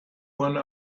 one